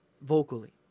Vocally